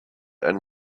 and